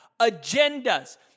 agendas